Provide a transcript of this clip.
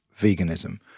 veganism